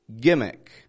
Gimmick